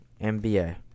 MBA